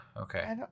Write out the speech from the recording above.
Okay